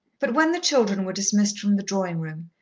but when the children were dismissed from the drawing-room,